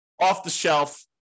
off-the-shelf